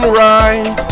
right